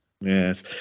Yes